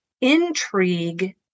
intrigue